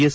S